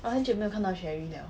!wah! 很久没有看到 sherri liao